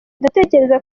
ndatekereza